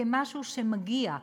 כמשהו שמגיע.